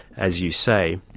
as you say.